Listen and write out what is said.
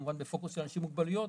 כמובן בפוקוס של אנשים עם מוגבלויות.